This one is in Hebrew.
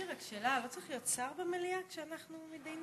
יש לי רק שאלה: לא צריך להיות שר במליאה כשאנחנו מתדיינים?